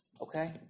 Okay